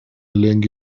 لنگ